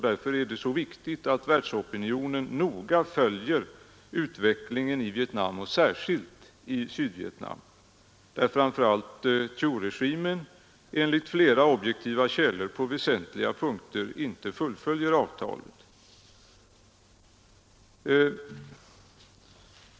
Därför är det så viktigt att världsopinionen noga följer utvecklingen i Vietnam, särskilt i Sydvietnam, där framför allt Thieu-regimen enligt mera objektiva källor på väsentliga punkter inte fullföljer avtalet.